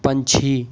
ਪੰਛੀ